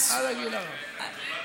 דבורה הנביאה לא